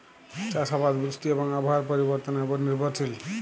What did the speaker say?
চাষ আবাদ বৃষ্টি এবং আবহাওয়ার পরিবর্তনের উপর নির্ভরশীল